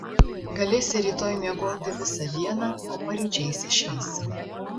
galėsi rytoj miegoti visą dieną o paryčiais išeisime